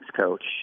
coach